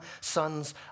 sons